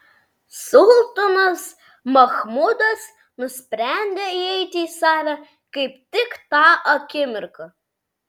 sultonas machmudas nusprendė įeiti į salę kaip tik tą akimirką